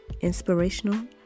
Inspirational